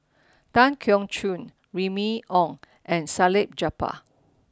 Tan Keong Choon Remy Ong and Salleh Japar